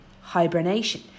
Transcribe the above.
hibernation